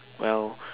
well